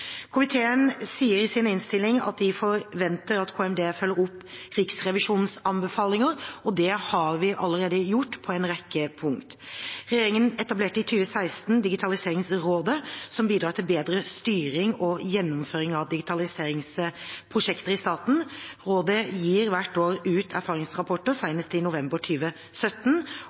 Komiteen sier i sin innstilling at den forventer at KMD følger opp Riksrevisjonens anbefalinger, og det har vi allerede gjort på en rekke punkter. Regjeringen etablerte i 2016 Digitaliseringsrådet, som bidrar til bedre styring og gjennomføring av digitaliseringsprosjekter i staten. Rådet gir hvert år ut erfaringsrapporter, senest i november